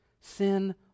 Sin